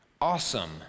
awesome